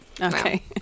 okay